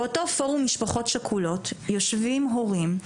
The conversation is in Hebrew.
באותו פורום משפחות שכולות יושבים הורים,